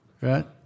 Right